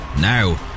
now